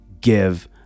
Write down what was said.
give